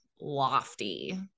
lofty